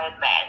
Man